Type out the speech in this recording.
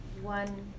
one